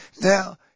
Now